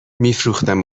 میفروختم